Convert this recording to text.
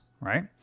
right